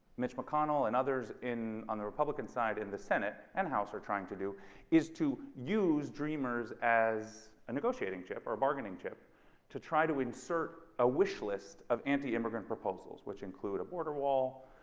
mitch mcconnell and others in on the republican side in the senate and house are trying to do is to use dreamers as a negotiating chip or a bargaining chip to try to insert a wish list of anti immigrant proposals which include a border wall,